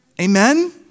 Amen